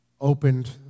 opened